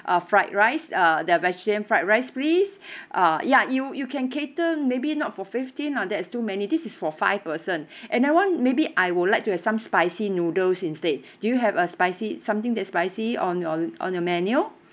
uh fried rice uh the vegetarian fried rice please uh ya you you can cater maybe not for fifteen lah that's too many this is for five person and I want maybe I would like to have some spicy noodles instead do you have a spicy something that is spicy on your on your menu